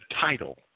title